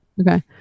Okay